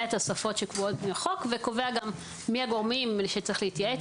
התוספות שקבועות בחוק וקובע גם מי הגורמים שצריך להתייעץ